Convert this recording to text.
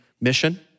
mission